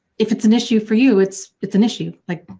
if it's an issue for you, it's it's an issue. like,